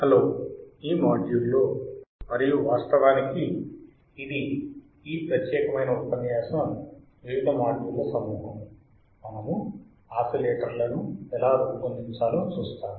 hello ఈ మాడ్యూల్లో మరియు వాస్తవానికి ఇది ఈ ప్రత్యేకమైన ఉపన్యాసం వివిధ మాడ్యూళ్ల సమూహము మనము ఆసిలేటర్లను ఎలా రూపొందించాలో చూస్తాము